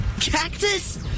Cactus